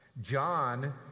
John